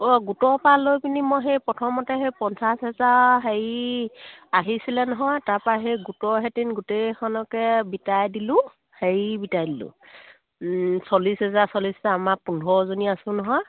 অঁ গোটৰ পৰা লৈ পিনি মই সেই প্ৰথমতে সেই পঞ্চাছ হেজাৰ হেৰি আহিছিলে নহয় তাৰপা সেই গোটৰহেঁতেন গোটেইখনকে বিটাই দিলোঁ হেৰি বিটাই দিলোঁ চল্লিছ হেজাৰ চল্লিছ আমাৰ পোন্ধৰজনী আছোঁ নহয়